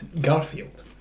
Garfield